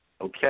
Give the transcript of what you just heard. Okay